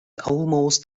almost